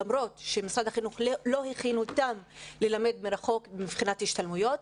למרות שמשרד החינוך לא הכין אותם ללמד מרחוק מבחינת השתלמויות.